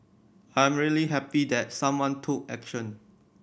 I am really happy that someone took action